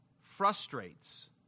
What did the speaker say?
frustrates